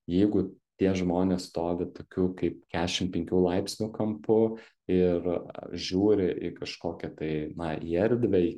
jeigu tie žmonės stovi tokiu kaip kešim penkių laipsnių kampu ir žiūri į kažkokią tai na į erdvę į